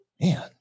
Man